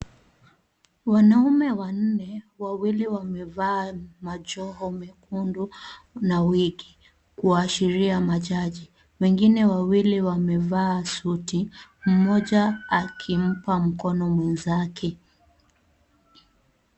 Wanaume wanne, wawili wamevaa majoho mekundu, na wigi kuashiria majaji. Wengine wawili wamevaa suti, mmoja akimpa mkono mwenzake.